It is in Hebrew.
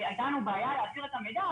הייתה לנו בעיה להעביר את המידע,